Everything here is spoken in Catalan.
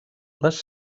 les